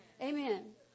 Amen